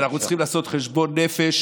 ואנחנו צריכים לעשות חשבון נפש